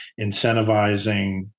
incentivizing